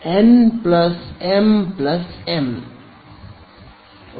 n m m